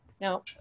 No